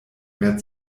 mehr